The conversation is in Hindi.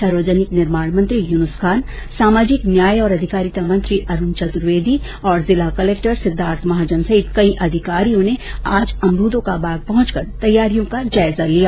सार्वजनिक निर्माण मंत्री यूनुस खान सामाजिक न्याय और अधिकारिता मंत्री अरूण चतुर्वेदी जिला कलेक्टर सिद्धार्थ महाजन सहित कई अधिकारियों ने आज अमरूदा का बाग पहुंचकर तैयारियों का जायजा लिया